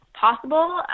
possible